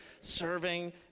serving